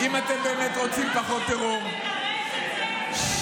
אם אתם באמת רוצים פחות טרור, אתה מתרץ את זה?